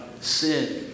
sin